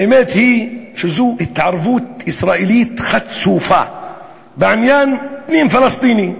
האמת היא שזאת התערבות ישראלית חצופה בעניין פנים-פלסטיני.